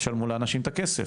תשלמו לאנשים את הכסף,